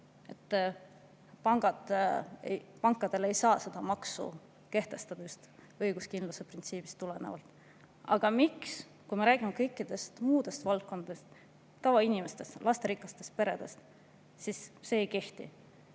pankadele ei saa maksu kehtestada õiguskindluse printsiibist tulenevalt. Aga kui me räägime kõikidest muudest valdkondadest – tavainimestest, lasterikastest peredest –, miks see siis ei kehti?